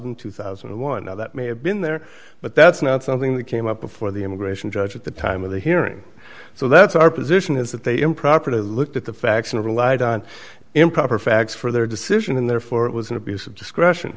in two thousand and one now that may have been there but that's not something that came up before the immigration judge at the time of the hearing so that's our position is that they improper to look at the facts and relied on improper facts for their decision and therefore it was an abuse of discretion